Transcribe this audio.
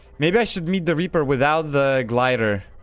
maybe i should meet the reaper without the glider?